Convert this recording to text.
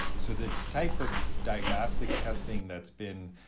so the type of diagnostic testing that's been,